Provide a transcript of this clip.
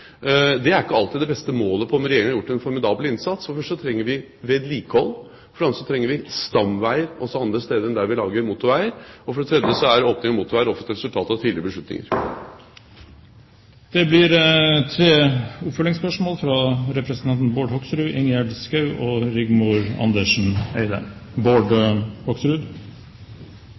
Det er ikke alltid det beste målet på om Regjeringen har gjort en formidabel innsats. For det første trenger vi vedlikehold, for det andre trenger vi stamveier også andre steder enn der vi lager motorveier, og for det tredje er åpning av motorveier ofte et resultat av tidligere beslutninger. Det blir tre oppfølgingsspørsmål – først representanten Bård Hoksrud.